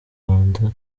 rwanda